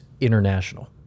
international